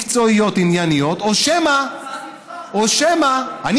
מקצועיות, ענייניות, או שמא, אתה תבחן?